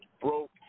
broke